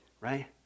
Right